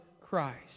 Christ